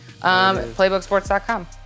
Playbooksports.com